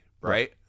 Right